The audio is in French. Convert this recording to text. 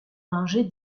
manger